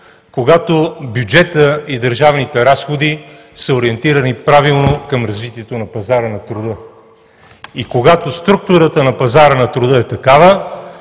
когато бюджетът и държавните разходи са ориентирани правилно към развитието на пазара на труда и когато структурата на пазара на труда е такава,